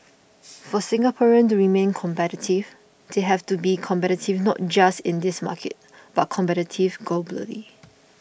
for Singaporeans to remain competitive they have to be competitive not just in this market but competitive globally